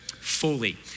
fully